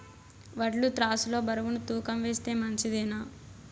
వడ్లు త్రాసు లో బరువును తూకం వేస్తే మంచిదేనా?